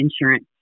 insurance